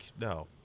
No